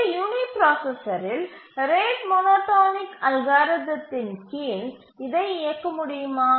ஒரு யூனிபிராசசரில் rate monotonic அல்காரிதத்தின் கீழ் இதை இயக்க முடியுமா